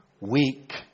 weak